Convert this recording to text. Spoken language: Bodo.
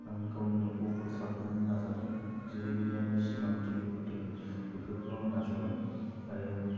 आं गावनि न'खौ फोसाबनो नाजागोन जेरैबायदि आंनि सिमां द्रिमफोर दोङो बेफोरखौ आङो नाजागोन आरो